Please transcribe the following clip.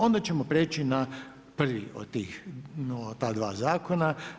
Onda ćemo prijeći na prvi od tih, ta dva zakona.